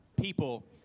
people